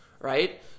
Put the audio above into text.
right